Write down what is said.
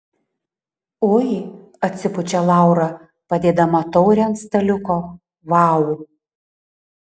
ui atsipučia laura padėdama taurę ant staliuko vau